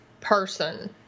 person